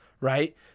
right